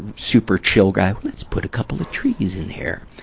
super chill guy. let's put a couple of trees in here.